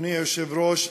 אדוני היושב-ראש.